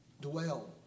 dwell